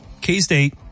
K-State